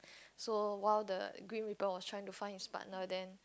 so while the grim reaper was trying to find his partner then